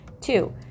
Two